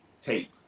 tape